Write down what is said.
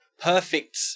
perfect